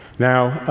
now,